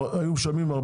היו משלמים,